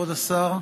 כבוד השר,